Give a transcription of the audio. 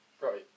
Right